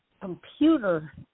computer